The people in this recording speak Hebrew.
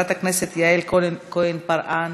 חברת הכנסת מירב בן ארי,